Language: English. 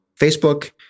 Facebook